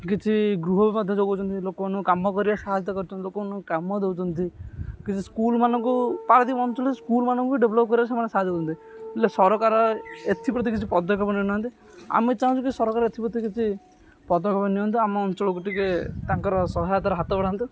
କିଛି ଗୃହ ବି ମଧ୍ୟ ଯୋଗାଉଛନ୍ତି ଲୋକମାନଙ୍କୁ କାମ କରିବା ସାହାୟତା କରୁଛନ୍ତି ଲୋକମାନଙ୍କୁ କାମ ଦେଉଛନ୍ତି କିଛି ସ୍କୁଲ ମାନଙ୍କୁ ପାରାଦୀପ ଅଞ୍ଚଳରେ ସ୍କୁଲ ମାନଙ୍କୁ ବି ଡେଭଲପ୍ କରିବା ସେମାନେ ସାହାଯ୍ୟ କରୁଛନ୍ତି ହେଲେ ସରକାର ଏଥିପ୍ରତି କିଛି ପଦକ୍ଷେପ ନେଉ ନାହାନ୍ତି ଆମେ ଚାହୁଁଛୁ କି ସରକାର ଏଥିପ୍ରତି କିଛି ପଦକ୍ଷେପ ନିଅନ୍ତୁ ଆମ ଅଞ୍ଚଳକୁ ଟିକେ ତାଙ୍କର ସହାୟତାର ହାତ ବଢ଼ାନ୍ତୁ